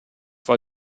war